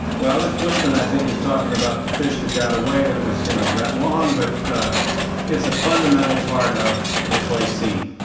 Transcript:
well, this bushman, i think, is talking about the fish that got away that was you know that long, but it's a fundamental part of the play scene.